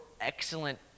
excellent